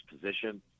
position